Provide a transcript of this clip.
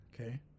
okay